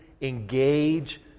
engage